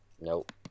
Nope